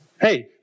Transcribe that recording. Hey